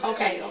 Okay